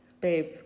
babe